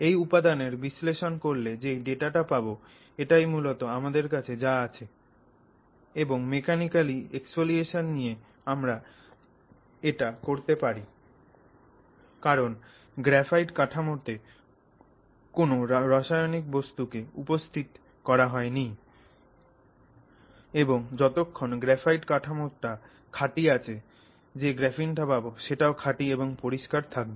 এই উপাদানের বিশ্লেষণ করলে যেই ডেটাটা পাবো এটাই মূলত আমাদের কাছে যা আছে এবং মেকানিকাল এক্সফোলিয়েশন দিয়ে আমরা এটা করতে পারি কারণ গ্রাফাইট কাঠামোতে কোন রাসায়নিক বস্তু কে উপস্থাপিত করা হয় নি এবং যতক্ষণ গ্রাফাইট কাঠামোটা খাঁটি আছে যে গ্রাফিন টা পাবো সেটাও খাঁটি এবং পরিষ্কার থাকবে